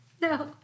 No